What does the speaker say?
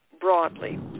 broadly